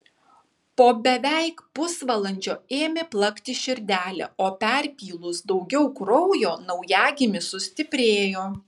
po beveik pusvalandžio ėmė plakti širdelė o perpylus daugiau kraujo naujagimis sustiprėjo